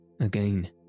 Again